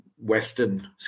Western